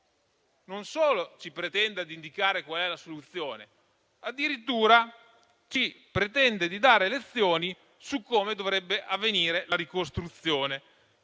non solo pretenda di indicare quale sia la soluzione, ma addirittura di dare lezioni su come dovrebbe avvenire la ricostruzione.